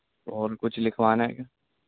اور کچھ لکھوانا ہے